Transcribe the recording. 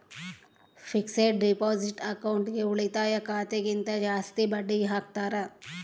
fixed deposit ಅಕೌಂಟ್ಗೆ ಉಳಿತಾಯ ಖಾತೆ ಗಿಂತ ಜಾಸ್ತಿ ಬಡ್ಡಿ ಹಾಕ್ತಾರ